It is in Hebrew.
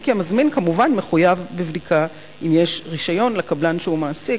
אם כי המזמין מחויב כמובן בבדיקה אם יש רשיון לקבלן שהוא מעסיק,